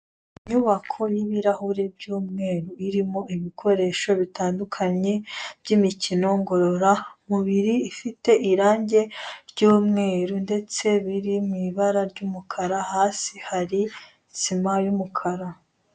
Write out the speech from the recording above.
Inyubako y'ibirahure by'umweru irimo ibikoresho bitandukanye by'imikino ngororamubiri, ifite irangi ry'umweru ndetse biri mu ibara ry'umukara, hasi hari sima y'umukara.